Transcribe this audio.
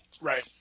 Right